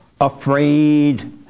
afraid